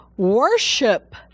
worship